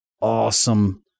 awesome